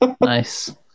Nice